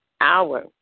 hour